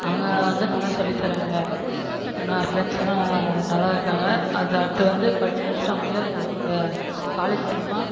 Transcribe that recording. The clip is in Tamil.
அங்கே வந்து நல்லா சொல்லி தராங்க எங்கள் ஃப்ரெண்ட்ஸலாம் நல்லா இருக்காங்க அது அடுத்து வந்து படித்து முடித்துட்டு அவங்களே காலேஜ் மூலிமா